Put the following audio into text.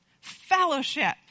fellowship